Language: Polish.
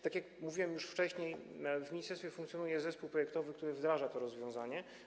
Tak jak mówiłem już wcześniej, w ministerstwie funkcjonuje zespół projektowy, który wdraża to rozwiązanie.